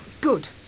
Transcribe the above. Good